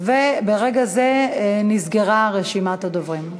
וברגע זה נסגרה רשימת הדוברים.